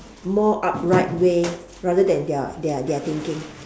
more upright way rather than their their their thinking